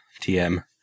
TM